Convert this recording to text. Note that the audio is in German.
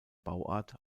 bauart